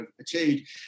achieved